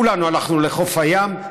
כולנו הלכנו לחוף הים,